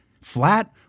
flat